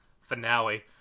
finale